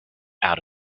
out